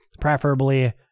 preferably